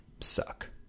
suck